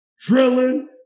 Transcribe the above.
Drilling